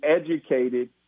educated